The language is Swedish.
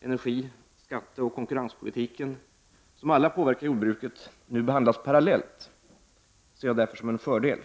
energi-, skatteoch konkurrenspolitiken som alla påverkar jordbruket nu behandlas parallellt ser jag därför som en fördel.